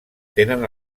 tenen